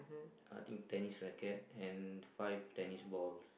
I think tennis racket and five tennis balls